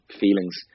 feelings